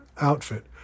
outfit